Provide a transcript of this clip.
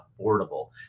affordable